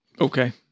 Okay